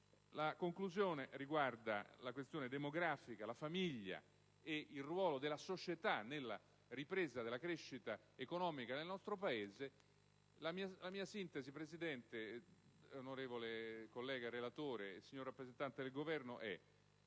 In conclusione si fa riferimento alla questione demografica, alla famiglia e al ruolo della società nella ripresa della crescita economica del nostro Paese. In sintesi, signora Presidente, onorevole collega relatore, signor rappresentante del Governo,